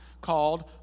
called